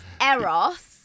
Eros